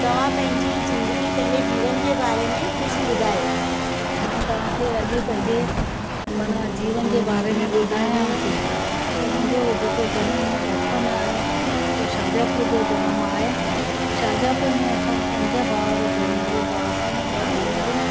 तव्हां पंहिंजी ज़िंदगी पंहिंजे जीवन जे बारे में कुझु ॿुधायो मां तव्हांखे अॼु पंहिंजे माना जीवन जे बारे में ॿुधायांव थी त मुंहिंजो जनमु बचपन आहे सो शाजापुर जो जनमु आहे शाजापुर में असां पंज भावर भेनरूं हुआसीं ॿ भेनरूं